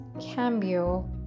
Cambio